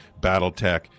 Battletech